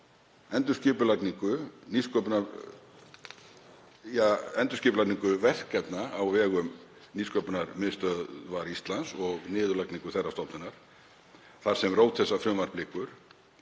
endurskipulagningu verkefna á vegum Nýsköpunarmiðstöðvar Íslands og niðurlagningu þeirrar stofnunar, þar sem rót þessa frumvarps liggur,